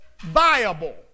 viable